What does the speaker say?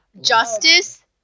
Justice